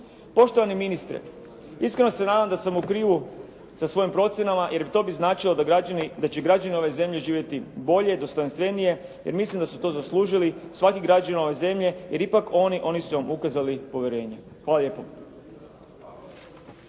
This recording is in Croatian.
Poštovani ministre, iskreno se nadam da sam u krivu sa svojim procjenama, jer to bi značilo da će građani ove zemlje živjeti bolje, dostojanstvenije jer mislim da su to zaslužili, svaki građanin ove zemlje, jer ipak oni, oni su vam ukazali povjerenje. Hvala lijepo.